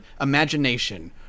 imagination